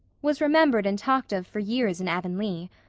was remembered and talked of for years in avonlea.